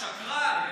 שקרן,